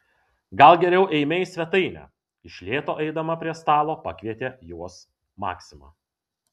gal geriau eime į svetainę iš lėto eidama prie stalo pakvietė juos maksima